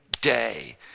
day